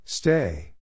Stay